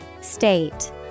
State